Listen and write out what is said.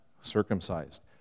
circumcised